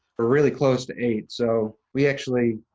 we're really close to eight. so we actually,